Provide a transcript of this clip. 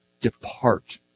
depart